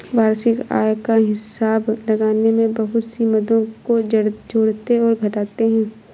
वार्षिक आय का हिसाब लगाने में बहुत सी मदों को जोड़ते और घटाते है